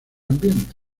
ambiente